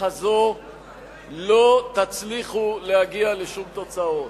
הזאת לא תצליחו להגיע לשום תוצאות.